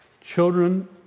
Children